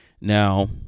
now